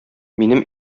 минем